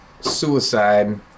Suicide